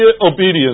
obedience